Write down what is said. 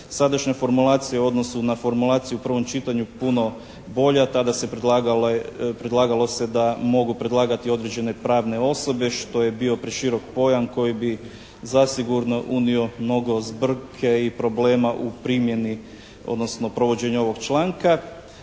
sadašnja formulacija u odnosu na formulaciju u prvom čitanju puno bolja. Tada se predlagalo, predlagalo se da mogu predlagati određene pravne osobe što je bio preširok pojam koji bi zasigurno unio mnogo zbrke i problema u primjeni, odnosno provođenju ovog članka.